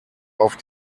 auf